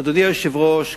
אדוני היושב-ראש,